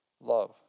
love